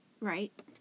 right